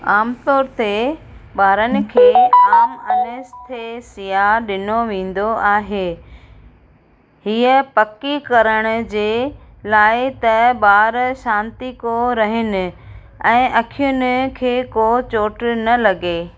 आमतौर ते बा॒रनि खे आम अनेस्थेसिया डि॒नो वींदो आहे हीअ पकी करण जे लाइ त बा॒र सांतीको रहिनि ऐं अखियुनि खे को चोटु न लगे॒